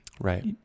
right